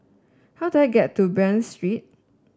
how do I get to Bain Street